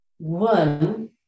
One